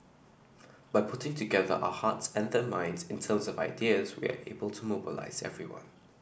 by putting together our hearts and their minds in terms of ideas we are able to mobilise everyone